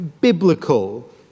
biblical